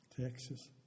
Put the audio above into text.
Texas